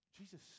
Jesus